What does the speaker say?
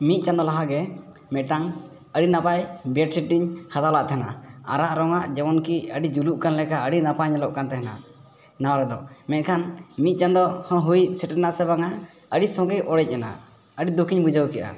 ᱢᱤᱫ ᱪᱟᱸᱫᱳ ᱞᱟᱦᱟᱜᱮ ᱢᱤᱫᱴᱟᱝ ᱟᱹᱰᱤ ᱱᱟᱯᱟᱭ ᱤᱧ ᱦᱟᱛᱟᱣ ᱞᱮᱫ ᱛᱟᱦᱮᱱᱟ ᱟᱨᱟᱜ ᱨᱚᱝᱜᱟ ᱡᱮᱢᱚᱱᱠᱤ ᱟᱹᱰᱤ ᱡᱩᱞᱩᱜ ᱠᱟᱱ ᱞᱮᱠᱟ ᱟᱹᱰᱤ ᱱᱟᱯᱟᱭ ᱧᱮᱞᱚᱜ ᱠᱟᱱ ᱛᱟᱦᱮᱱᱟ ᱱᱟᱣᱟ ᱨᱮᱫᱚ ᱢᱮᱱᱠᱷᱟᱱ ᱢᱤᱫ ᱪᱟᱸᱫᱚ ᱦᱚᱸ ᱦᱩᱭ ᱥᱮᱴᱮᱨᱮᱱᱟ ᱥᱮ ᱵᱟᱝᱟ ᱟᱹᱰᱤ ᱥᱚᱝᱮ ᱚᱲᱮᱡ ᱮᱱᱟ ᱟᱹᱰᱤ ᱫᱩᱠᱤᱧ ᱵᱩᱡᱷᱟᱹᱣ ᱠᱮᱫᱼᱟ